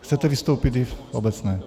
Chcete vystoupit i v obecné?